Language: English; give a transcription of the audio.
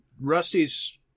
Rusty's